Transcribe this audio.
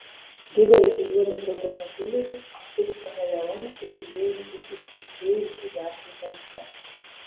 didelis juodas automobilis it chameleonas susiliejo su ištuštėjusių gatvių tamsa